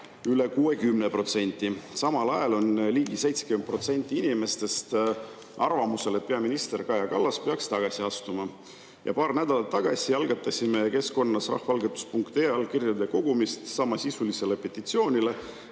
üle 60%. Samal ajal on ligi 70% inimestest arvamusel, et peaminister Kaja Kallas peaks tagasi astuma. Paar nädalat tagasi algatasime keskkonnas rahvaalgatus.ee allkirjade kogumise samasisulisele petitsioonile,